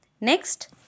Next